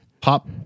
pop